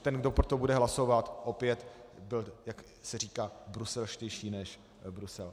Ten, kdo pro to bude hlasovat, opět bude, jak se říká, bruselštější než Brusel.